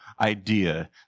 idea